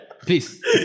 Please